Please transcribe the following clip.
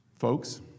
Folks